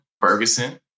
Ferguson